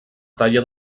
talla